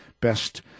best